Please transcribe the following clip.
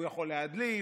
הוא יכול להדליף.